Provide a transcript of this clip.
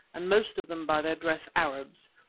and most of them by their dress arabs,